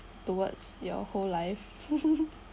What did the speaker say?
towards your whole life